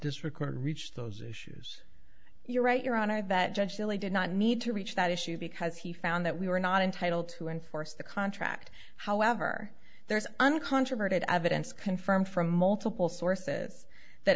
this recording reached those issues you're right your honor that judge delay did not need to reach that issue because he found that we were not entitled to enforce the contract however there is uncontroverted evidence confirmed from multiple sources that